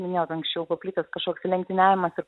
minėjot anksčiau paplitęs kažkoks lenktyniavimas ir